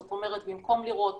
זאת אומרת במקום לראות